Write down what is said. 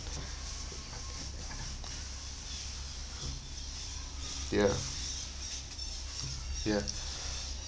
ya ya